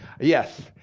Yes